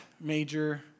major